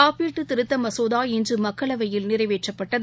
காப்பீட்டு திருத்த மசோதா இன்று மக்களவையில் நிறைவேற்றப்பட்டது